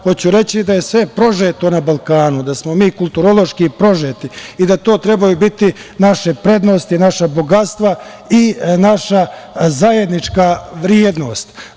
Hoću reći da je sve prožeto na Balkanu, da smo mi kulturološki prožeti i da to treba da budu naše prednosti, naša bogatstva i naša zajednička vrednost.